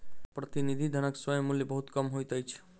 प्रतिनिधि धनक स्वयं मूल्य बहुत कम होइत अछि